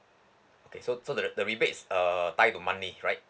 okay so so the the rebates uh tied to monthly right